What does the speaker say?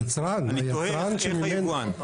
אני תוהה איך היבואן.